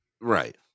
right